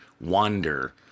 wander